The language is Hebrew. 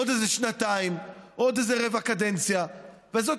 עוד איזה שנתיים, עוד איזה רבע קדנציה, וזאת